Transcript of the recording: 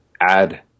add